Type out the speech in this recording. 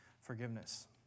forgiveness